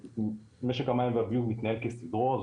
משק המים והביוב מתנהל כסדרו,